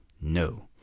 No